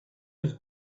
his